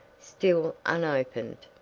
still unopened.